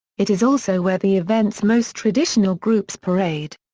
it is also where the event's most traditional groups parade.